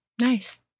Nice